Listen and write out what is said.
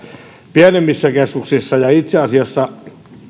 pienemmissä keskuksissa ja itse asiassa